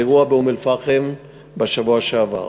האירוע באום-אלפחם בשבוע שעבר: